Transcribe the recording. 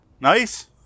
Nice